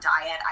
diet